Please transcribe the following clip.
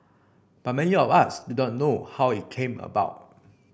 but many of us do not know how it came about